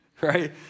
right